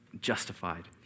justified